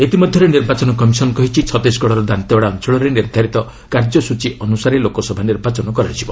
ଇତିମଧ୍ୟରେ ନିର୍ବାଚନ କମିଶନ୍ କହିଛି ଛତିଶଗଡ଼ର ଦାନ୍ତେୱାଡ଼ା ଅଞ୍ଚଳରେ ନିର୍ଦ୍ଧାରିତ କାର୍ଯ୍ୟସ୍ରଚୀ ଅନୁସାରେ ଲୋକସଭା ନିର୍ବାଚନ ହେବ